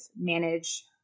manage